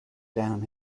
down